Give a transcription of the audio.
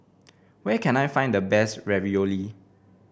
where can I find the best Ravioli